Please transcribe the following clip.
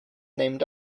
named